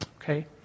Okay